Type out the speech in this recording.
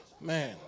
Man